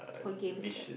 whole game set